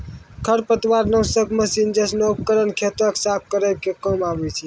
खरपतवार नासक मसीन जैसनो उपकरन खेतो क साफ करै के काम आवै छै